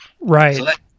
Right